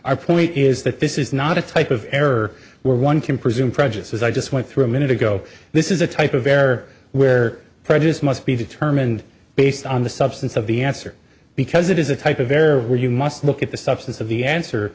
our point is that this is not a type of error where one can presume prejudice as i just went through a minute ago this is a type of error where prejudice must be determined based on the substance of the answer because it is a type of error where you must look at the substance of the answer